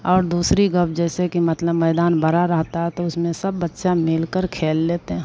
और दूसरी गव जैसे कि मतलब मैदान बड़ा रहता है तो उसमें सब बच्चा मिलकर खेल लेते हैं